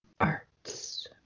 arts